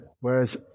Whereas